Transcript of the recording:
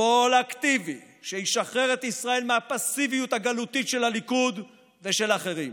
שמאל אקטיבי שישחרר את ישראל מהפסיביות הגלותית של הליכוד ושל אחרים,